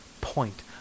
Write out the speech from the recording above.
point